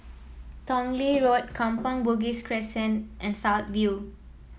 Tong Lee Road Kampong Bugis Crescent and South View